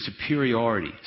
superiority